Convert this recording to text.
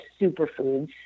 superfoods